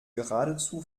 geradezu